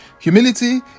Humility